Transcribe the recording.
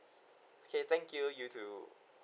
okay thank you you too